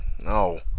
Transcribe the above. No